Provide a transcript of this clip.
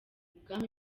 ubwami